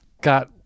got